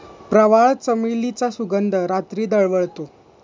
प्रवाळ, चमेलीचा सुगंध रात्री दरवळतो